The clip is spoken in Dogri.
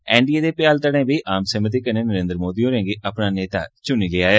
एनडीए दे भ्याल धड़ें बी आम सैहमति कन्नै नरेन्द्र मोदी होरें गी अपना नेता चुनी लैता ऐ